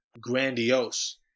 grandiose